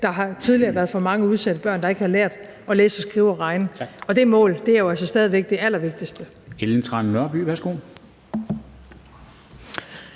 at der tidligere har været for mange udsatte børn, der ikke har lært at læse og skrive og regne, og det mål er jo stadig væk det allervigtigste.